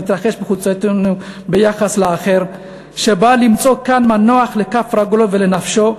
של המתרחש בחוצותינו ביחס לאחר שבא למצוא כאן מנוח לכף רגלו ולנפשו,